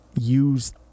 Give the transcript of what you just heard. use